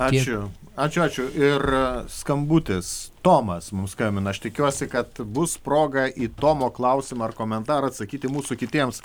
ačiū ačiū ačiū ir skambutis tomas mums skambina aš tikiuosi kad bus proga į tomo klausimą ar komentarą atsakyti mūsų kitiems